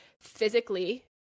physically